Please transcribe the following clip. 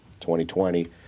2020